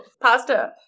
pasta